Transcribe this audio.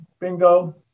bingo